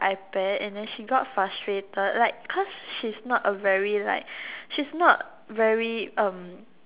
iPad and than she got frustrated like cause she is not a very like she is not very um